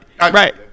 Right